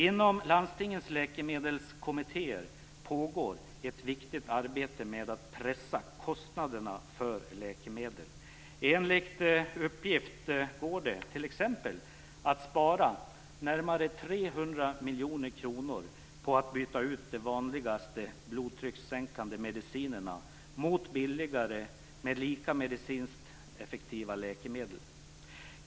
Inom landstingens läkemedelskommittéer pågår ett viktigt arbete med att pressa kostnaderna för läkemedel. Enligt uppgift går det t.ex. att spara närmare 300 miljoner kronor på att byta ut de vanligaste blodtryckssänkande medicinerna mot billigare men medicinskt lika effektiva läkemedel.